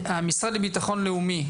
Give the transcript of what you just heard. המשרד לביטחון לאומי,